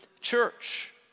church